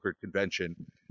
convention